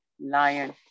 lion